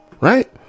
Right